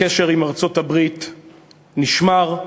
הקשר עם ארצות-הברית נשמר,